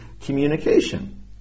communication